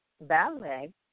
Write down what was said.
ballet